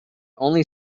only